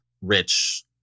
rich